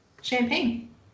champagne